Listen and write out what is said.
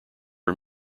are